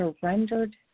surrendered